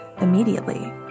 immediately